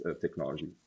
technology